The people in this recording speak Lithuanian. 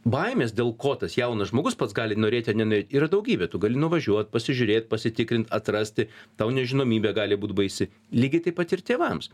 baimės dėl ko tas jaunas žmogus pats gali norėti ar nenorėt yra daugybė tu gali nuvažiuot pasižiūrėt pasitikrint atrasti tau nežinomybė gali būt baisi lygiai taip pat ir tėvams